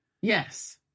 Yes